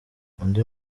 undi